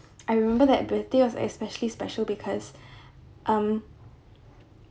I remember that birthday was especially special because um